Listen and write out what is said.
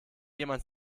jemand